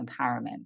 empowerment